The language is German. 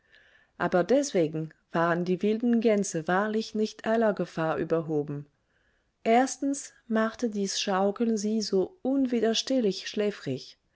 aber deswegen waren die wilden gänse wahrlich nicht aller gefahr überhoben erstens machte dies schaukeln sie so unwiderstehlich schläfrig